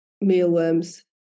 mealworms